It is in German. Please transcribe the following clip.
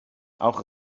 auch